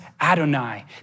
Adonai